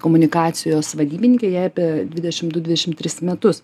komunikacijos vadybininke jai apie dvidešim du dvidešim tris metus